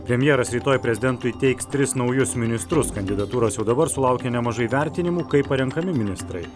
premjeras rytoj prezidentui įteiks tris naujus ministrus kandidatūros jau dabar sulaukia nemažai vertinimų kaip parenkami ministrai